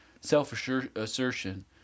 self-assertion